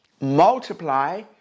multiply